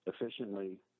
efficiently